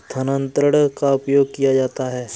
स्थानांतरण का उपयोग किया जाता है